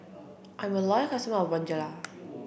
I'm a loyal customer of Bonjela